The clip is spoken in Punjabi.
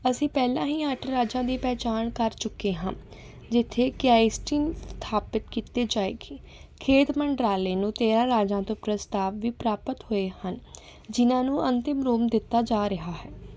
ਅਸੀਂ ਪਹਿਲਾਂ ਹੀ ਅੱਠ ਰਾਜਾਂ ਦੀ ਪਹਿਚਾਣ ਕਰ ਚੁੱਕੇ ਹਾਂ ਜਿੱਥੇ ਕਿ ਆਈਸਟਿਨ ਸਥਾਪਿਤ ਕੀਤੀ ਜਾਏਗੀ ਖੇਡ ਮੰਡਰਾਲੇ ਨੂੰ ਤੇਰ੍ਹਾਂ ਰਾਜਾਂ ਤੋਂ ਪ੍ਰਸਤਾਵ ਵੀ ਪ੍ਰਾਪਤ ਹੋਏ ਹਨ ਜਿਨ੍ਹਾਂ ਨੂੰ ਅੰਤਿਮ ਰੂਪ ਦਿੱਤਾ ਜਾ ਰਿਹਾ ਹੈ